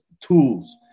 tools